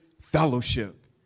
fellowship